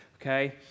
okay